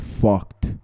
fucked